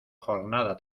jornada